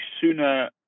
sooner